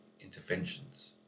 interventions